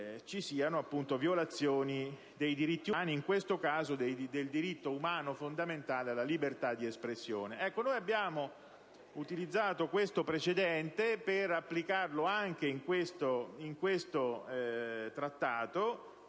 ci siano violazioni dei diritti umani, in questo caso del diritto umano fondamentale alla libertà di espressione. Ecco, noi abbiamo utilizzato questo precedente per applicarlo anche in questo Trattato,